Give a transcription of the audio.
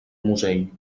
musell